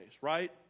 right